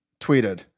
tweeted